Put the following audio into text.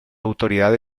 autoridad